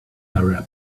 arab